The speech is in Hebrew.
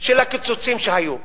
של הקיצוצים שהיו,